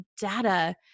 data